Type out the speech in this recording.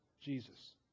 Jesus